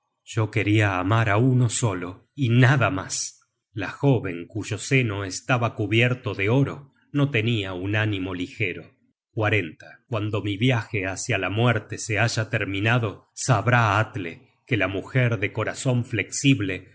yo queria amar á uno solo y nada mas la joven cuyo seno estaba cubierto de oro no tenia un ánimo ligero cuando mi viaje hacia la muerte se haya terminado sabrá atle que la mujer de corazon flexible